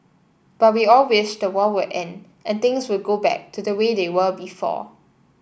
but we all wished the war will end and things will go back to the way they were before